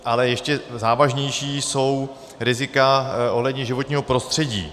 Ale ještě závažnější jsou rizika ohledně životního prostředí.